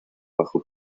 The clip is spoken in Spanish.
bajo